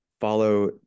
follow